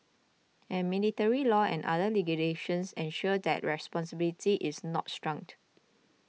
and military law and other legislations ensure that responsibility is not shirked